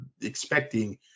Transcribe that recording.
expecting